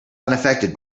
unaffected